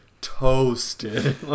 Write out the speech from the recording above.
toasted